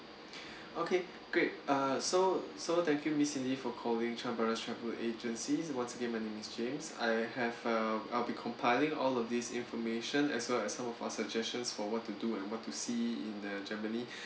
okay great uh so so thank you miss cindy for calling chan brothers travel agency once again my name is james I have a I'll be compiling all of this information as well as some of our suggestions for what to do and what to see in uh germany